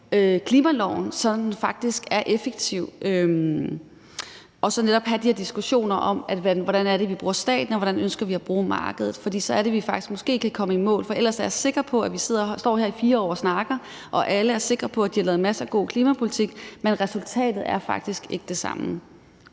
så den faktisk er effektiv? Vi skal netop have de her diskussioner om, hvordan det er, vi bruger staten, og hvordan vi ønsker at bruge markedet, for så er det, vi faktisk måske kan komme i mål. Ellers er jeg sikker på, at vi står her i 4 år og snakker, og at alle er sikre på, at de har lavet masser af god klimapolitik, men resultatet er faktisk ikke det samme.